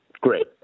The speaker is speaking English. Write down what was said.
Great